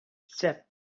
sep